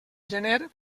gener